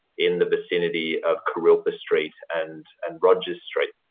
in the vicinity of kurilpa street and and rogers street.